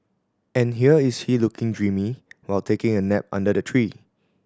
and here is he looking dreamy while taking a nap under the tree